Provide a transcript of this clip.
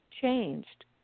changed